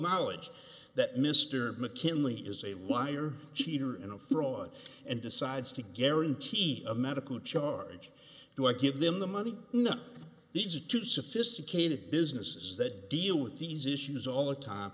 knowledge that mr mckinley is a wire cheater and a fraud and decides to guarantee a medical charge do i give him the money no these are too sophisticated businesses that deal with these issues all the time